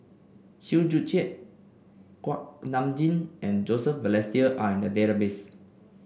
Chew Joo Chiat Kuak Nam Jin and Joseph Balestier are in the database